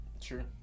sure